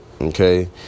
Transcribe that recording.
okay